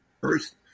first